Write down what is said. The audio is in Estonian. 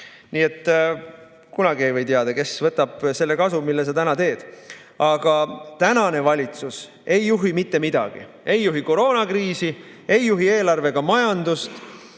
Nii et kunagi ei või teada, kes võtab selle kasu, mille sa täna teed. Aga tänane valitsus ei juhi mitte midagi – ei juhi koroonakriisi, ei juhi eelarvega majandust